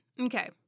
Okay